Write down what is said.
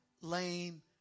lame